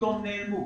פתאום נעלמו.